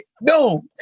No